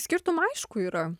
skirtumų aišku yra